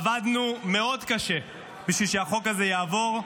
עבדנו מאוד קשה בשביל שהחוק הזה יעבור,